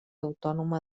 autònoma